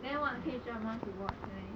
then what K dramas you watch leh